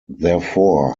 therefore